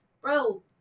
bro